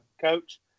coach